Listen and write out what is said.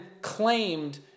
claimed